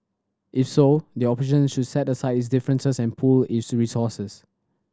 if so the opposition should set aside its differences and pool its resources